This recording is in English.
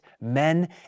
men